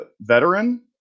veteran